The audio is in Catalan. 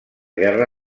guerra